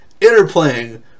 interplaying